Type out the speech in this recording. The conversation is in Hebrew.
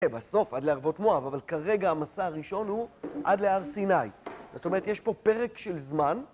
בסוף, עד לערבות מואב, אבל כרגע המסע הראשון הוא עד להר סיני, זאת אומרת יש פה פרק של זמן